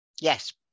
yes